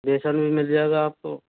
बेसन भी मिल जाएगा आपको